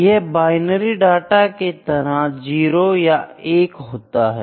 यह binary data के तरह 0 या 1 होते हैं